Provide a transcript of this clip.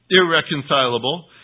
irreconcilable